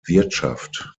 wirtschaft